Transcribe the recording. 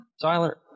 Tyler